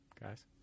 Guys